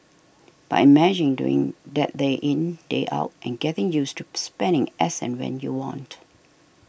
but imagine doing that day in day out and getting used to spending as and when you want